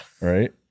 Right